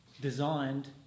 designed